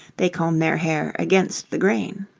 they comb their hair against the grain.